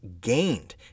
gained